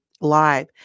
live